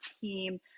team